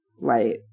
right